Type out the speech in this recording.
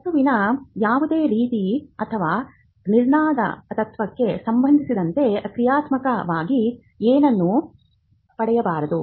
ವಸ್ತಿವಿನ ಯಾವುದೇ ರೀತಿ ಅಥವಾ ನಿರ್ಮಾಣದ ತತ್ವಕ್ಕೆ ಸಂಬಂಧಿಸಿದಂತೆ ಕ್ರಿಯಾತ್ಮಕವಾಗಿ ಏನನ್ನೂ ಪಡೆಯಬಾರದು